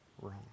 wrong